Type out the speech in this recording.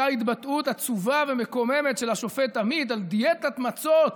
אותה התבטאות עצובה ומקוממת של השופט עמית על דיאטת מצות.